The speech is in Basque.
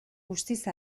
guztiz